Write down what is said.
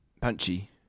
Punchy